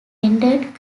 rendered